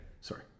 sorry